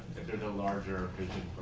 there's a larger vision